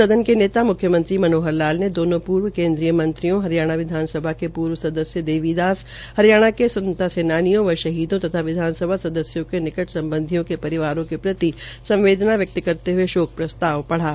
सदन के नेता मुख्यमंत्री मनोहर लाल ने दोनों प्र्व केन्द्रीय मंत्रियों हरियाणा विधानसभा के पूर्व सदस्य देवी दास हरियाणा के स्वतंत्रता सेनानियों व शहीदों तथा विधानसभा सदस्यों के निकट सम्बधियों के परिवारों के प्रति संवदेना व्यक्त करते हये शोक प्रस्ताव प्रढ़ा